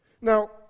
Now